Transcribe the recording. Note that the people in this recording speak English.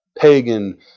pagan